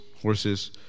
horses